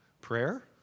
Prayer